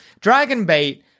Dragonbait